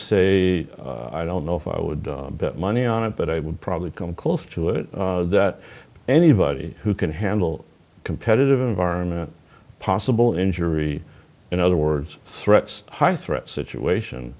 say i don't know if i would bet money on it but i would probably come close to it that anybody who can handle competitive environment possible injury in other words threats high threat situation